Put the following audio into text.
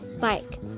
bike